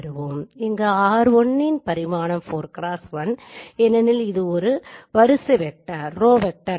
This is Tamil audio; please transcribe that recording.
இங்கு r1 இன் பரிமாணம் 4 x1 ஏனெனில் இது ஒரு வரிசை வெக்டர்